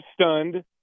stunned